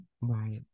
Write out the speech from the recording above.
right